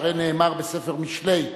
שהרי נאמר בספר משלי,